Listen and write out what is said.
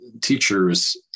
teachers